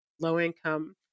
low-income